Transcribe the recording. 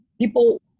people